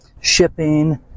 shipping